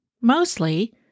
Mostly